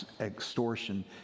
extortion